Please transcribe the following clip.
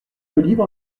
d’olive